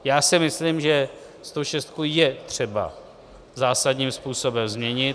Já si myslím, že stošestku je třeba zásadním způsobem změnit.